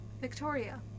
Victoria